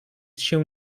się